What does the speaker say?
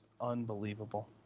unbelievable